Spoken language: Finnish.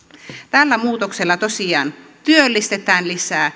tällä muutoksella tosiaan työllistetään lisää